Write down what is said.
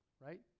right